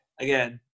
again